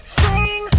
sing